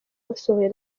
basohoye